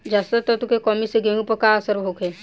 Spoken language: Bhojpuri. जस्ता तत्व के कमी से गेंहू पर का असर होखे?